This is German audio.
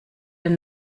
den